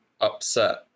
upset